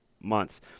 months